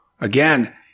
again